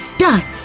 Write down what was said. done,